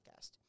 podcast